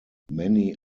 many